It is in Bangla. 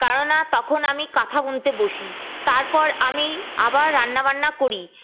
কারোনা তখন আমি কথা বুনতে বসি তারপর আমি আবার রান্না বান্না করি